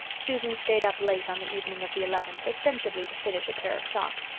susan stayed up late on the evening of the eleventh, ostensibly to finish a pair of socks.